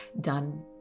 done